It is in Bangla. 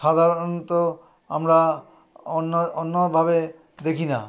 সাধারণত আমরা অন্য অন্যভাবে দেখি না